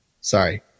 Sorry